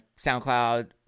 SoundCloud